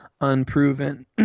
unproven